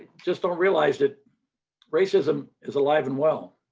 just don't realize that racism is alive and well.